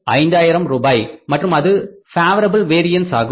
5 ஆயிரம் ரூபாய் மற்றும் அது பேவரபில் வேரியன்ஸ் ஆகும்